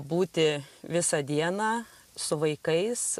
būti visą dieną su vaikais